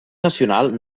nacional